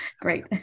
Great